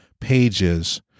pages